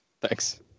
Thanks